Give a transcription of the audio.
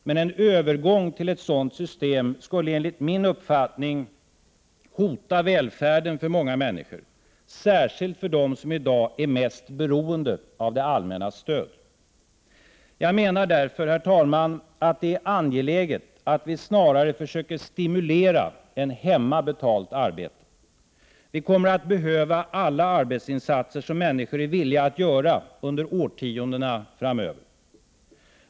Men en övergång till ett sådant system skulle enligt min uppfattning hota välfärden för många människor, särskilt för dem som i dag är mest beroende av det allmännas stöd. Jag menar därför, herr talman, att det är angeläget att vi snarare försöker stimulera än hämma betalt arbete. Vi kommer att behöva alla arbetsinsatser som människor är villiga att göra under årtiondena framöver.